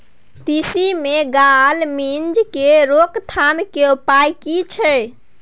तिसी मे गाल मिज़ के रोकथाम के उपाय की छै?